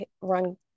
run